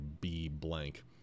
B-blank